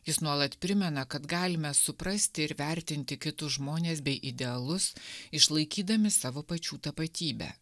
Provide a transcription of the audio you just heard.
jis nuolat primena kad galime suprasti ir vertinti kitus žmones bei idealus išlaikydami savo pačių tapatybę